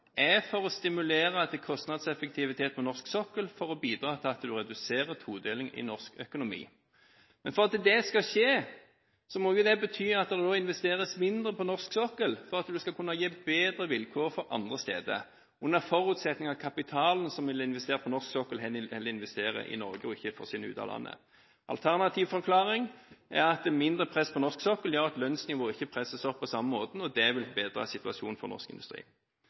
Jeg håper at representanten Meltveit Kleppa nå kan gå opp på talerstolen og skissere en ny retning fra Senterpartiet om dette temaet. Så tilbake til oljeskatten. Regjeringen har sagt at oljeskatteendringen er for å stimulere til kostnadseffektivitet på norsk sokkel, slik at en bidrar til å redusere todelingen i norsk økonomi. Men for at dette skal skje, må det investeres mindre på norsk sokkel, slik at en skal kunne gi bedre vilkår andre steder, under forutsetning av at kapitalen som en ville investert på norsk sokkel, heller investeres i Norge og ikke forsvinner ut av landet. Alternativ forklaring er at mindre press på norsk sokkel gjør at